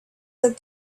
that